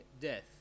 death